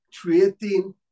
creating